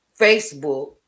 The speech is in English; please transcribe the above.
Facebook